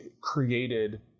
created